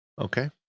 okay